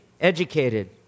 educated